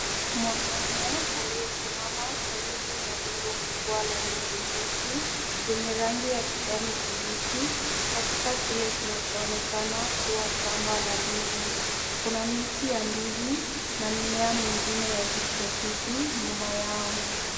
Mwanamume aliyesimama karibu na rundo kubwa la ndizi mbichi, zenye rangi ya kijani kibichi katika kile kinachoonekana kuwa shamba la ndizi, kuna miti ya ndizi na mimea mingine ya kitropiki nyuma yao.